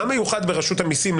מה מיוחד ברשות המיסים,